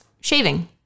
shaving